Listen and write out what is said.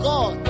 God